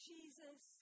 Jesus